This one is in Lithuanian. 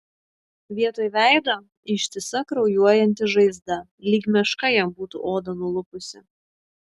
vietoj veido ištisa kraujuojanti žaizda lyg meška jam būtų odą nulupusi